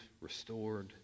restored